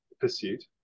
pursuit